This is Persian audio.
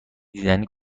دیدنی